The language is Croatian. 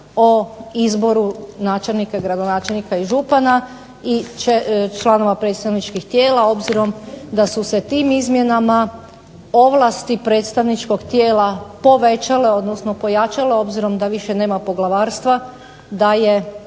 o izboru načelnika i gradonačelnika i župana i članova predstavničkih tijela obzirom da su se tim izmjenama ovlasti predstavničkog tijela povećale, odnosno pojačale obzirom da više nema poglavarstva, da je